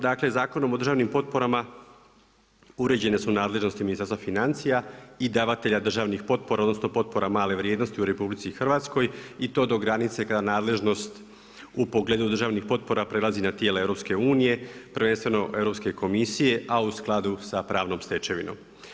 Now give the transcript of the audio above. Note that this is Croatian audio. Dakle, Zakonom o državnim potporama uređene su nadležnosti Ministarstva financija i davatelja državnih potpora, odnosno potpora male vrijednosti u RH i to do granice kada nadležnost u pogledu državnih potpora prelazi na tijela EU prvenstveno Europske komisije a u skladu sa pravnom stečevinom.